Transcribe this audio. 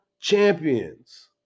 champions